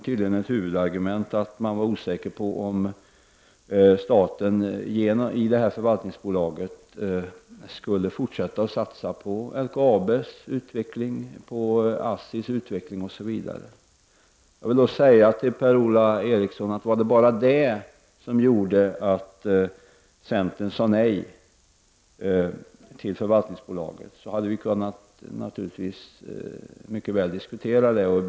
Tydligen var huvudargumentet att man var osäker på om staten i förvaltningsbolaget skulle fortsätta att satsa på LKABs utveckling, på ASSIs utveckling osv. Jag vill då säga till Per-Ola Eriksson att om det bara var detta som gjorde att centern sade nej till förvaltningsbolaget, hade vi naturligtvis mycket väl kunnat diskutera detta.